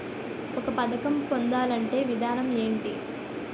ఒక పథకం పొందాలంటే విధానం ఏంటి?